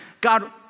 God